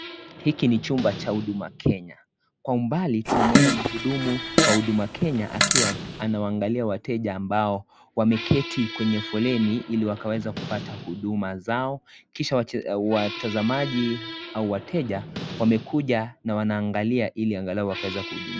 Hiki ni chumba cha huduma Kenya, kwa umbali tunamuuona mhudumu wa huduma Kenya akiwa anawaangalia wateja ambao wameketi kwenye foleni hili wakaweza kupata huduma zao kisha watazamaji au wataja wamekuja na wanaangalia hili angalau wakaweza kuhudumiwa.